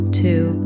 two